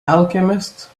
alchemists